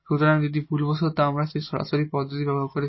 সুতরাং যদি ভুলবশত আমরা সেই সরাসরি পদ্ধতি ব্যবহার করতে পারি